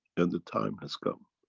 and the time has come.